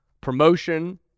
promotion